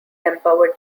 empower